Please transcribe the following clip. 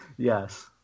Yes